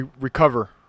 recover